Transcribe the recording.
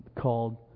called